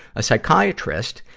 a psychiatrist,